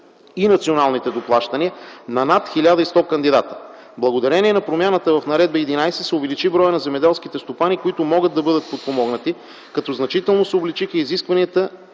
и националните доплащания на над 1100 кандидата. Благодарение на промяната в Наредба № 11 се увеличи броят на земеделските стопани, които могат да бъдат подпомогнати, като значително се увеличиха изискванията